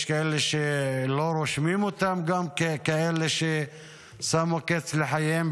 יש כאלה שגם לא רושמים אותם ככאלה ששמו קץ לחייהם.